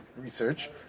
research